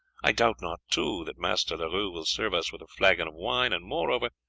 i doubt not, too, that master leroux will serve us with a flagon of wine and, moreover,